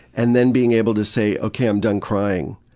and then being able to say, okay, i'm done crying.